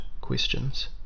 questions